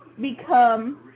become